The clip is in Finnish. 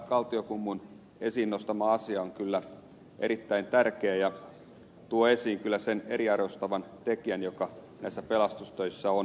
kaltiokummun esiin nostama asia on kyllä erittäin tärkeä ja tuo esiin kyllä sen eriarvoistavan tekijän joka näissä pelastustöissä on